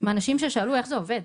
מאנשים ששאלו איך זה עובד,